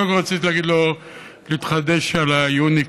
קודם כול רציתי להגיד לו להתחדש על היוניקלו,